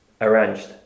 Arranged